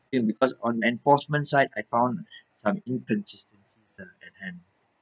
in because on the enforcement side I found some inconsistencies ah at that time